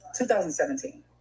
2017